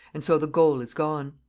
and so the goal is gone.